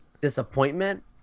disappointment